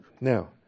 Now